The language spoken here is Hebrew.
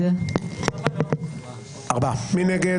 מי נגד?